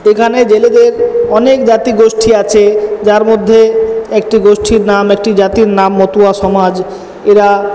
এখানে জেলেদের অনেক জাতি গোষ্ঠী আছে যার মধ্যে একটি গোষ্ঠীর নাম একটি জাতির নাম মতুয়া সমাজ এরা